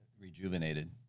rejuvenated